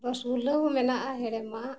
ᱨᱚᱥᱚ ᱜᱩᱞᱞᱟᱹ ᱦᱚᱸ ᱢᱮᱱᱟᱜᱼᱟ ᱦᱮᱲᱮᱢᱟᱜ